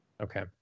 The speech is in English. Okay